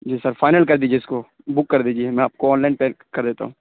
جی sir final کر دیجیے اس کو بک کر دیجیے میں آپ کو آن لائن پے کر دیتا ہوں